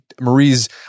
Marie's